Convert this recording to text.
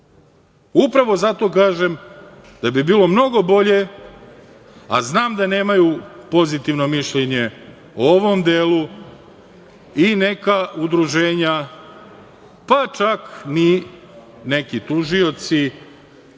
računa. Upravo zato kažem da bi bilo mnogo bolje, a znam da nemaju pozitivno mišljenje o ovom delu i neka udruženja, pa čak ni neki tužioci,